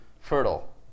fertile